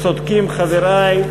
צודקים חברי,